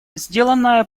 сделанное